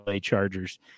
Chargers